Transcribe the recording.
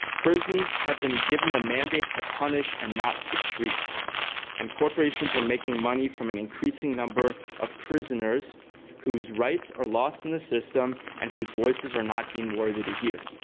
prisons have been given the mandate to punish and not to treat and corporations are making money from an increasing number of prisoners whose rights are lost in the system and whose voices are not deemed worthy to hear.